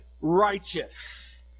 righteous